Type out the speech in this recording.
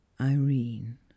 Irene